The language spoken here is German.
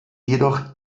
jedoch